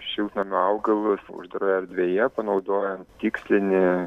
šiltnamio augalus uždaroje erdvėje panaudojant tikslinį